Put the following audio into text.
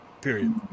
Period